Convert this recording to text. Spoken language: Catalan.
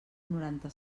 noranta